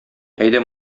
әйдә